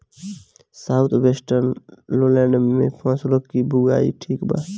South western lowland में फसलों की बुवाई ठीक बा?